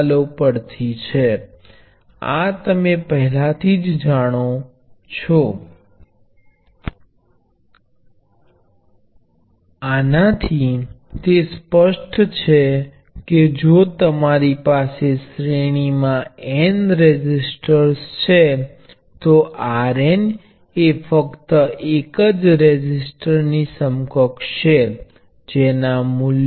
જે પસાર થાય છે તે મોટો પ્રવાહ છે અને તે પછી તે બેટરીનું જીવન ઘટાડશે પરંતુ જ્યારે આદર્શ વોલ્ટેજ સ્ત્રોત ની વાત આવે છે ત્યારે તેમને આ રીતે જોડતા કિર્ફોફના વોલ્ટેજ કાયદાનું ઉલ્લંઘન થશે અને પરિણામે તેને મંજૂરી નથી